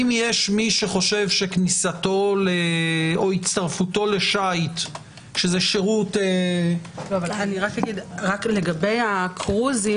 אם יש מי שחושב שהצטרפות לשייט שזה שירות- -- לגבי הקרוז,